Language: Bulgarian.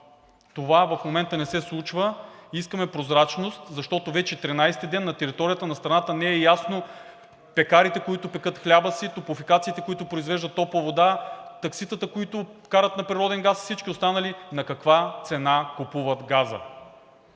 Това в момента не се случва и искаме прозрачност, защото вече 13-и ден на територията на страната не е ясно пекарите, които пекат хляба си, топлофикациите, които произвеждат топла вода, такситата, които карат на природен газ, всички останали на каква цена купуват газа?!